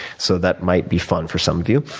so that might be fun for some of you.